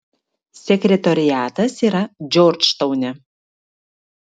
sekretoriatas yra džordžtaune